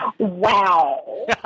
Wow